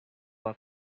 have